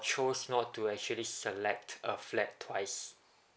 chose not to actually select a flat twice